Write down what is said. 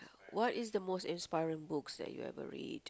what is the most inspiring books that you ever read